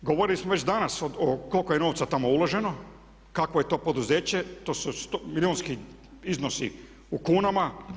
Govorili smo već danas koliko je novaca tamo uloženo, kakvo je to poduzeće, to su milijunski iznosi u kunama.